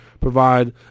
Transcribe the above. provide